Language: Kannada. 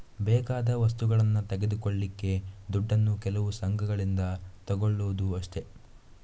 ಬೇಕಾದ ವಸ್ತುಗಳನ್ನ ತೆಗೆದುಕೊಳ್ಳಿಕ್ಕೆ ದುಡ್ಡನ್ನು ಕೆಲವು ಸಂಘಗಳಿಂದ ತಗೊಳ್ಳುದು ಅಷ್ಟೇ